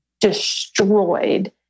destroyed